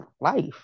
life